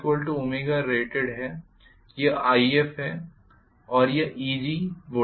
यह If है और यह वोल्टेज Eg है